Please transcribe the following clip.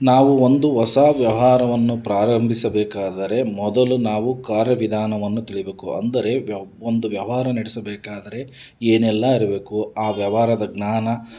ನಾವು ಒಂದು ಹೊಸಾ ವ್ಯವಹಾರವನ್ನು ಪ್ರಾರಂಭಿಸಬೇಕಾದರೆ ಮೊದಲು ನಾವು ಕಾರ್ಯ ವಿಧಾನವನ್ನು ತಿಳಿಬೇಕು ಅಂದರೆ ವ್ಯವ ಒಂದು ವ್ಯವಹಾರ ನಡ್ಸಬೇಕಾದರೆ ಏನೆಲ್ಲ ಇರಬೇಕು ಆ ವ್ಯವಹಾರದ ಜ್ಞಾನ